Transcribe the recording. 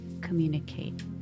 communicate